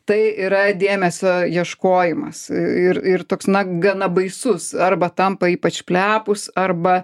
tai yra dėmesio ieškojimas ir ir toks na gana baisus arba tampa ypač plepūs arba